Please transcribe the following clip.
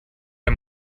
der